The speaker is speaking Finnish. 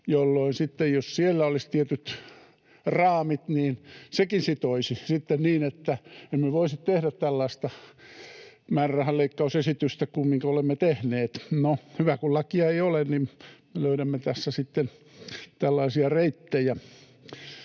jos siellä olisi tietyt raamit, sekin sitoisi niin, että emme voisi tehdä tällaista määrärahan leikkausesitystä kuin minkä olemme tehneet. No, hyvä, kun lakia ei ole, niin me löydämme tässä sitten tällaisia reittejä.